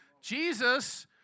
Jesus